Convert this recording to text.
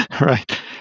right